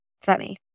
Funny